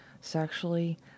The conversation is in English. sexually